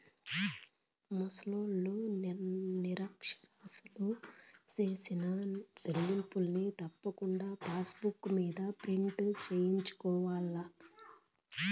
ముసలోల్లు, నిరచ్చరాసులు సేసిన సెల్లింపుల్ని తప్పకుండా పాసుబుక్ మింద ప్రింటు సేయించుకోవాల్ల